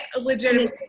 legitimately